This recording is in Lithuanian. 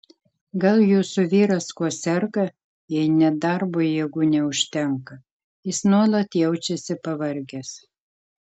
gal jūsų vyras kuo serga jei net darbui jėgų neužtenka jis nuolat jaučiasi pavargęs